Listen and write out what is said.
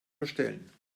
verstellen